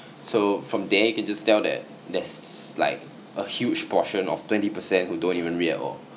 so from there you can just tell that there's like a huge portion of twenty percent who don't even read at all